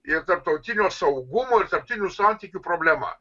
ir tarptautinio saugumo ir tarptautinių santykių problema